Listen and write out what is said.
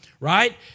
Right